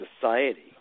society